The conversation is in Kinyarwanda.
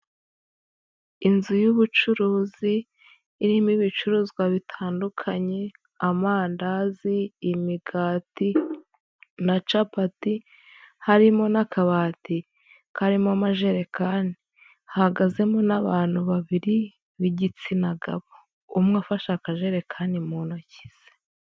Inzu y'ubucuruzi irimo ibicuruzwa bitandukanye amandazi, imigati na capati, harimo n'akabati karimo amajerekani, hahagazemo n'abantu babiri b'igitsina gabo, umwe afashe akajerekani mu ntoki ze.